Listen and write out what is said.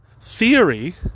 theory